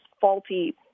faulty